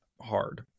hard